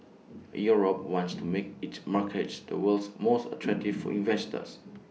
Europe wants to make its markets the world's most attractive for investors